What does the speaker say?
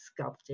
sculpting